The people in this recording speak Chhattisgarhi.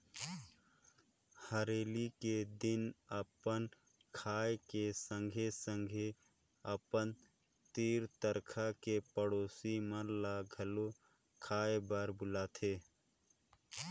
हरेली के दिन अपन खाए के संघे संघे अपन तीर तखार के पड़ोसी मन ल घलो खाए बर बुलाथें